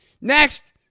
Next